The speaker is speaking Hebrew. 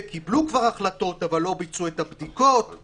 וקיבלו כבר החלטות אבל לא ביצעו את הבדיקות או